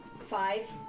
Five